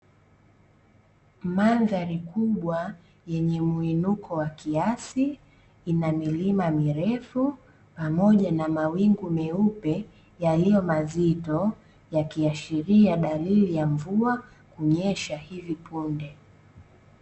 Mandhari kubwa yenye muinuko wa kiasi, ina milima mirefu pamoja na mawingu meupe yaliyo mazito, yakiashiria dalili ya mvua kunyesha hivi punde.